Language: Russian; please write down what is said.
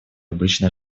обычно